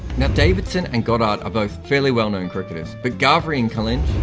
now davidson and goddard are both fairly well-known cricketers but ghavri and collinge.